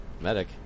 medic